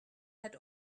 had